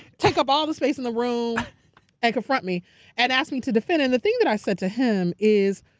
take up all the space in the room and confront me and ask me to defend it. and the thing that i said to him is,